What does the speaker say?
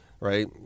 right